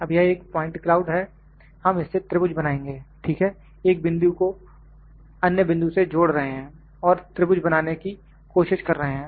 अब यह 1 point cloud है हम इससे त्रिभुज बनाएँगे ठीक है एक बिंदु को अन्य बिंदु से जोड़ रहे हैं और त्रिभुज बनाने की कोशिश कर रहे हैं